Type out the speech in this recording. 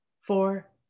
four